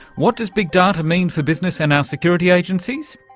what does big data mean for business and our security agencies?